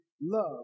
love